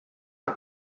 are